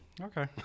Okay